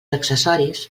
accessoris